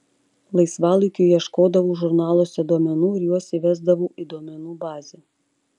laisvalaikiu ieškodavau žurnaluose duomenų ir juos įvesdavau į duomenų bazę